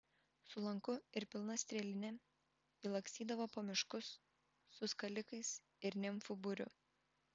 su lanku ir pilna strėline ji lakstydavo po miškus su skalikais ir nimfų būriu